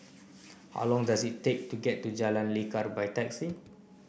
how long does it take to get to Jalan Lekar by taxi